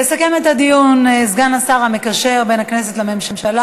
יסכם את הדיון סגן השר המקשר בין הכנסת לממשלה,